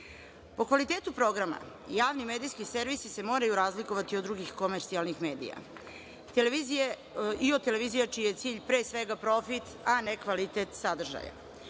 O kvalitetu programa, javni medijski servisi se moraju razlikovati od drugih komercijalnih medija i od televizija čiji je cilj, pre svega, profit, a ne kvalitet sadržaja.